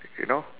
you know